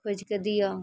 खोजिके दिअ